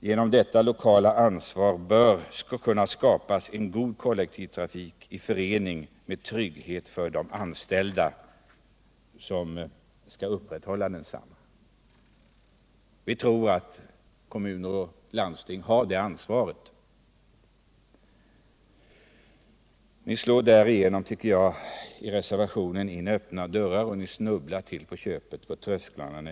Genom detta lokala ansvar bör kunna skapas en god kollektivtrafik i förening med trygghet för de anställda som skall upprätthålla densamma. Vi tror att kommuner och landsting har det ansvaret. Ni slår därigenom, tycker jag, i reservationen in öppna dörrar och snubblar till på köpet på trösklarna.